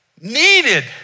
needed